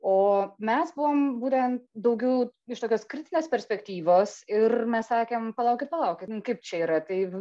o mes buvom būtent daugiau iš tokios kritinės perspektyvos ir mes sakėm palaukit palaukit nu kaip čia yra tai